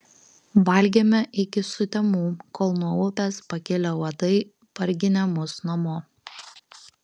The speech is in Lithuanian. valgėme iki sutemų kol nuo upės pakilę uodai parginė mus namo